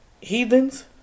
heathens